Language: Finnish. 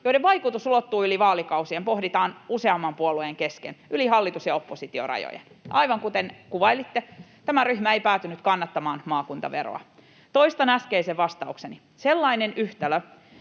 joiden vaikutus ulottuu yli vaalikausien, pohditaan useamman puolueen kesken, yli hallitus‑ ja oppositiorajojen. Aivan kuten kuvailitte, tämä ryhmä ei päätynyt kannattamaan maakuntaveroa. Toistan äskeisen vastaukseni: Sellaista yhtälöä,